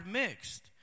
mixed